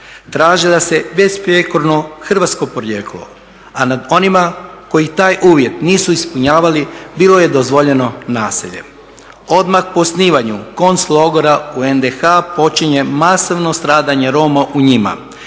Traže nas besprijekorno hrvatsko porijeklo, a nad onima koji taj uvjet nisu ispunjavali bilo je dozvoljeno naselje. Odmah po osnivanju konc logora u NDH počinje masovno stradanje Roma u njima.